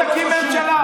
בוא תקים ממשלה.